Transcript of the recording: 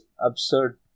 absurd